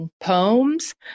Poems